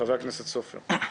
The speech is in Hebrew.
חבר הכנסת סופר, בבקשה.